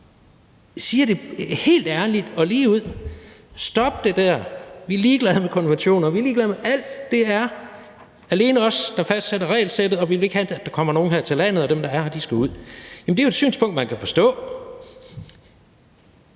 siger det helt ærligt og ligeud: Stop det der; vi er ligeglade med konventioner; vi er ligeglade med alt; det er alene os, der fastsætter regelsættet, og vi vil ikke have, at der kommer nogen her til landet, og dem, der er her, skal ud. Det er jo et synspunkt, man kan forstå,